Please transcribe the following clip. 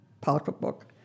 pocketbook